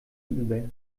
über